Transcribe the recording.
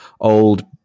old